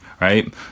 right